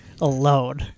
alone